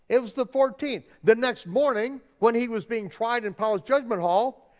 it was the fourteenth, the next morning when he was being tried in pilate's judgment hall,